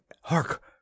hark